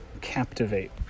Captivate